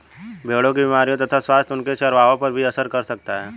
भेड़ों की बीमारियों तथा स्वास्थ्य उनके चरवाहों पर भी असर कर सकता है